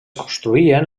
construïen